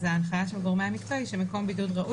אז ההנחיה של גורמי המקצוע שמקום בידוד ראוי